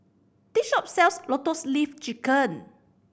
this shop sells Lotus Leaf Chicken